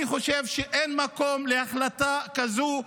אני חושב שאין מקום להחלטה כזאת,